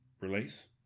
release